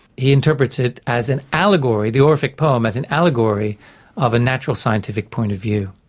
he interprets it as an allegory, the orphic poem, as an allegory of a natural scientific point of view,